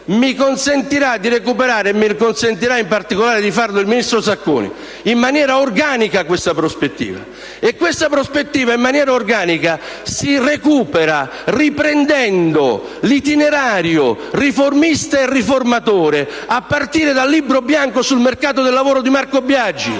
Mi consentirà di recuperare, e mi consentirà in particolare di farlo il ministro Sacconi, in maniera organica questa prospettiva. E questa prospettiva in maniera organica si recupera riprendendo l'itinerario riformista e riformatore, a partire dal Libro bianco sul mercato del lavoro di Marco Biagi.